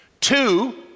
Two